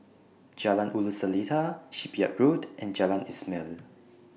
Jalan Ulu Seletar Shipyard Road and Jalan Ismail